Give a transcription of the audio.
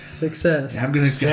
Success